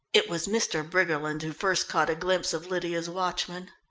it was mr. briggerland who first caught a glimpse of lydia's watchman.